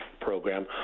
program